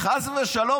חס ושלום.